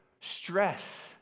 stress